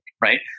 right